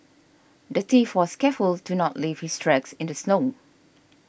the thief was careful to not leave his tracks in the snow